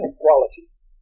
qualities